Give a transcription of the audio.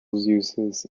uses